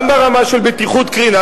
גם ברמה של בטיחות קרינה,